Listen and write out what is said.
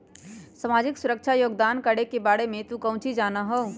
सामाजिक सुरक्षा योगदान करे के बारे में तू काउची जाना हुँ?